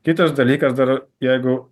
kitas dalykas dar jeigu